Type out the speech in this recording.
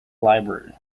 library